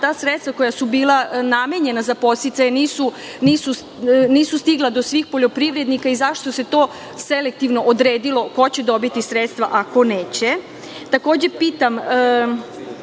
ta sredstva koja su bila namenjena za podsticaje nisu stigla do svih poljoprivrednika i zašto se to selektivno odredilo ko će dobiti sredstva, a ko neće? Takođe, pitam